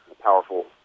Powerful